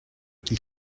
qu’il